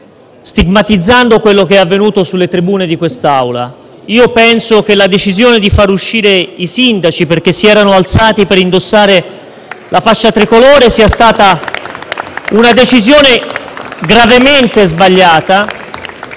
stigmatizzando quello che è avvenuto sulle tribune di quest'Aula: penso che la decisione di far uscire i sindaci perché si erano alzati per indossare la fascia tricolore sia stata una decisione gravemente sbagliata!